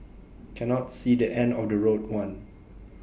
cannot see the end of the road one